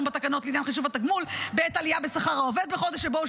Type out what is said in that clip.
בתקנות לעניין חישוב התגמול בעת עלייה בשכר העובד בחודש שבו הוא